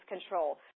control